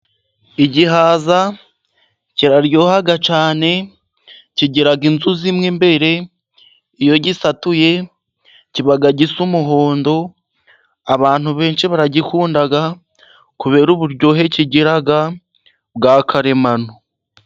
Igihaza kiraryoha cyane kigira inzuzi mw'imbere, iyo gisatuye kiba gisa umuhondo abantu benshi baragikundaga, kubera uburyohe kigira bwa karemano.